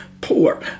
poor